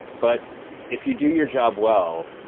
but if you do your job well,